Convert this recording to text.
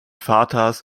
vaters